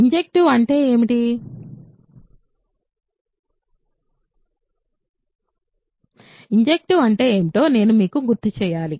injective అంటే ఏమిటి injective అంటే ఏమిటో నేను మీకు గుర్తు చేయాలి